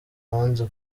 wanze